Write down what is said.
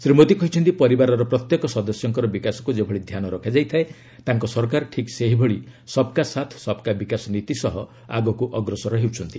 ଶ୍ରୀ ମୋଦି କହିଛନ୍ତି ପରିବାରର ପ୍ରତ୍ୟେକ ସଦସ୍ୟଙ୍କର ବିକାଶକୁ ଯେଭଳି ଧ୍ୟାନ ରଖାଯାଇଥାଏ ତାଙ୍କ ସରକାର ଠିକ୍ ସେହିଭଳି ସବ୍କା ସାଥ୍ ସବ୍କା ବିକାଶ ନୀତି ସହ ଆଗକୁ ଅଗ୍ରସର ହେଉଛନ୍ତି